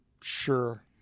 Sure